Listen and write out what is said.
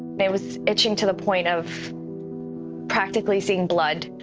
there was itching to the point of practically seeing blood.